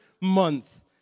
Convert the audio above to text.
month